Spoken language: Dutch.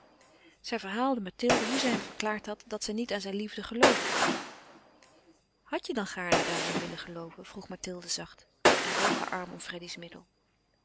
zij verhaalde mathilde hoe zij hem verklaard had dat zij niet aan zijne liefde gelooven kon hadt je dan gaarne daaraan willen gelooven vroeg mathilde zacht en boog heur arm om freddy's middel